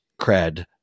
cred